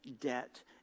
debt